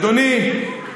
אדוני,